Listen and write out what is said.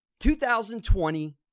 2020